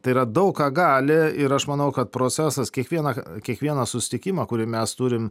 tai yra daug ką gali ir aš manau kad procesas kiekvieną kiekvieną susitikimą kurį mes turim